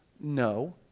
No